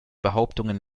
behauptungen